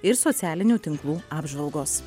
ir socialinių tinklų apžvalgos